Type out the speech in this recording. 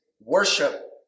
worship